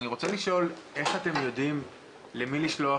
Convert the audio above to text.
אני רוצה לשאול איך אתם יודעים למי לשלוח